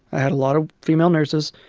i had a lot of female nurses,